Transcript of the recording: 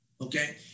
Okay